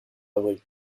avril